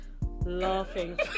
laughing